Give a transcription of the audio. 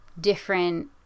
different